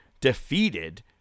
defeated